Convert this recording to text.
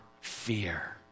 fear